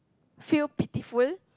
feel pitiful